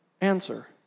Answer